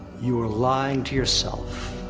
you are lying to yourself,